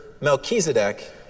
Melchizedek